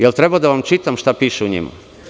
Da li treba da vam čitam šta piše u njima?